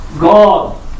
God